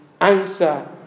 answer